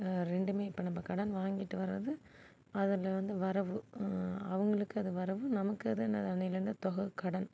ரெண்டுமே இப்போ நம்ம கடன் வாங்கிட்டு வர்றது அதில் வந்து வரவு அவங்களுக்கு அது வரவு நமக்கு அது என்னது அன்னைலேருந்து தொகு கடன்